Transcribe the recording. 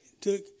took